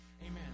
Amen